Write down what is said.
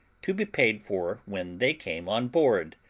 to be paid for when they came on board,